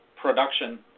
production